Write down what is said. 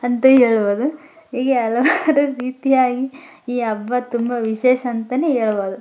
ಅಂತ ಹೇಳ್ಬೋದು ಹೀಗೆ ಹಲವಾರು ರೀತಿಯಾಗಿ ಈ ಹಬ್ಬ ತುಂಬ ವಿಶೇಷ ಅಂತಲೇ ಹೇಳ್ಬೋದು